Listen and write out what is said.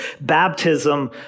baptism